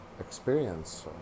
Experience